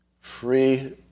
free